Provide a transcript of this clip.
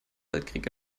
weltkrieg